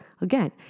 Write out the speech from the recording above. again